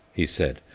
he said,